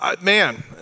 man